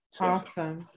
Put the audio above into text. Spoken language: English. Awesome